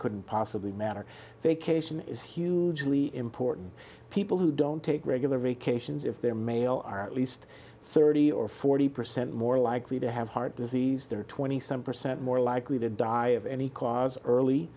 couldn't possibly matter vacation is hugely important people who don't take regular vacations if they're male are at least thirty or forty percent more likely to have heart disease they're twenty some percent more likely to die of any cause early